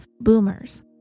boomers